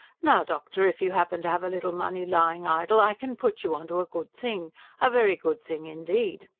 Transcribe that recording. now, doctor, if you happen to have a little money lying idle, i can put you on to a good thing a very good thing indeed.